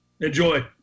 Enjoy